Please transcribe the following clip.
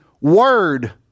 word